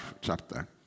chapter